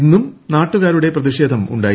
ഇന്നും നാട്ടുകാരുടെ പ്രതിഷേധമുണ്ടായി